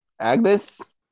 Agnes